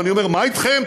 ואני אומר: מה אתכם?